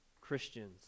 Christians